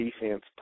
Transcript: defense